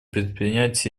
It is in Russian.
предпринять